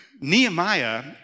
Nehemiah